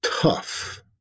tough